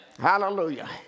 Hallelujah